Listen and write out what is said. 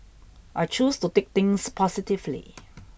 I choose to take things positively